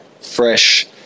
fresh